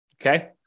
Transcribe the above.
Okay